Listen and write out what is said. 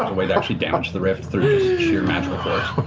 ah the way it actually damage the rift through sheer magical force?